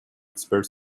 expert